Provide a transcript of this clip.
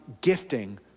gifting